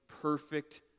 perfect